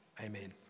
amen